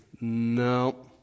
no